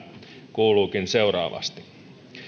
kuuluukin seuraavasti